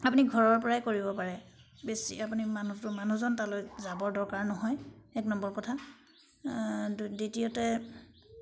আপুনি ঘৰৰ পৰাই কৰিব পাৰে বেছি আপুনি মানুহটো মানুহজন তালৈ যাবৰ দৰকাৰ নহয় এক নম্বৰ কথা দ্বিতীয়তে